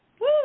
Woo